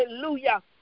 hallelujah